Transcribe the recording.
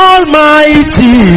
Almighty